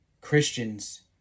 Christians